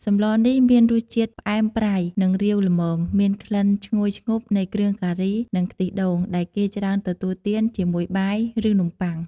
សម្លនេះ មានរសជាតិផ្អែមប្រៃ និងរាវល្មម មានក្លិនឈ្ងុយឈ្ងប់នៃគ្រឿងការី និងខ្ទិះដូង ដែលគេច្រើនទទួលទានជាមួយបាយ ឬនំប៉័ង។